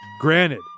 granted